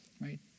right